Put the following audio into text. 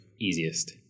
Easiest